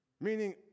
Meaning